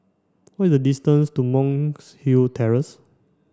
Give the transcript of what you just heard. what is the distance to Monk's Hill Terrace